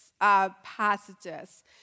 Passages